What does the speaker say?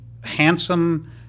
handsome